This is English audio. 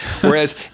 Whereas